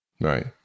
Right